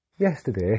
Yesterday